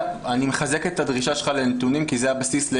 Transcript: אני מחזק את הדרישה שלך לנתונים כי זה הבסיס.